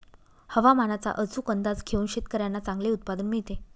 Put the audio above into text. हवामानाचा अचूक अंदाज घेऊन शेतकाऱ्यांना चांगले उत्पादन मिळते